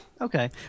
Okay